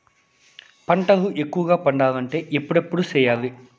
పంటల ఎక్కువగా పండాలంటే ఎప్పుడెప్పుడు సేయాలి?